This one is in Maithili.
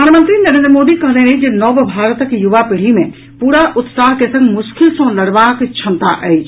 प्रधानमंत्री नरेन्द्र मोदी कहलनि अछि जे नव भारतक युवा पीढ़ी मे पूरा उत्साह के संग मुश्किल सँ लड़बाक क्षमता अछि